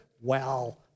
wow